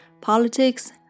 politics